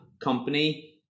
company